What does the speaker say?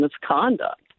misconduct